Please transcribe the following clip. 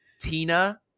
tina